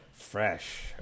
fresh